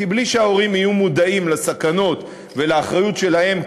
כי בלי שההורים יהיו מודעים לסכנות ולאחריות שלהם,